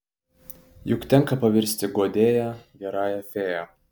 juk tenka pavirsti guodėja gerąją fėja